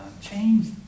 change